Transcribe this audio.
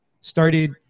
Started